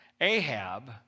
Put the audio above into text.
Ahab